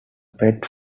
pet